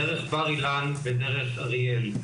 דרך בר אילן ודרך אריאל,